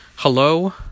Hello